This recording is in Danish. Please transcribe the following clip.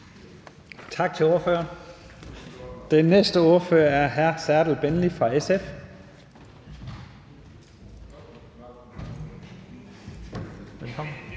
Tak til ordføreren. Den næste ordfører er her Serdal Benli fra SF. Velkommen.